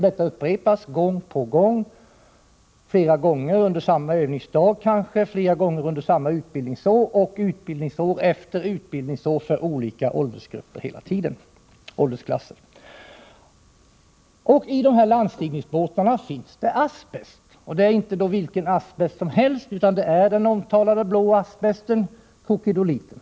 Detta upprepas gång på gång, kanske flera gånger under samma övningsdag, flera gånger under samma utbildningsår samt utbildningsår efter utbildningsår för olika åldersklasser. I dessa landstigningsbåtar finns asbest. Och det är inte vilken asbest som helst utan den omtalade blå asbesten, krokidoliten.